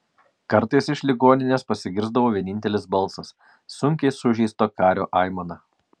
kartais iš ligoninės pasigirsdavo vienintelis balsas sunkiai sužeisto kario aimana